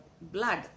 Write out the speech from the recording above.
blood